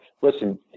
listen